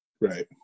Right